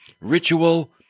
ritual